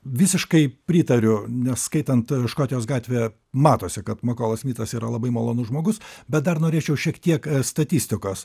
visiškai pritariu nes skaitant škotijos gatvė matosi kad makolas smitas yra labai malonus žmogus bet dar norėčiau šiek tiek statistikos